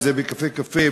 אם זה ב"קפה קפה",